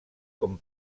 com